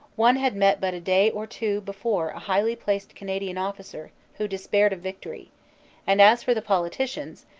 one had met but a day or two before a highly-placed canadian officer who despaired of victory and as for the politicians,